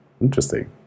Interesting